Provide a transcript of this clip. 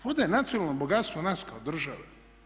Voda je nacionalno bogatstvo nas kao države.